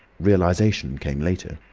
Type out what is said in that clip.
realisation came later.